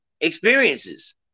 experiences